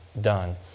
done